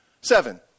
Seven